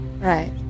Right